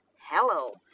Hello